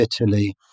Italy